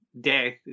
Death